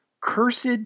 cursed